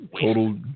Total